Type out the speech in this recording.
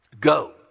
Go